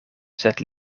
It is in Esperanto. sed